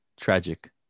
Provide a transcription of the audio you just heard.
Tragic